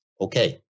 Okay